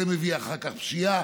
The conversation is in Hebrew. מביא אחר כך פשיעה.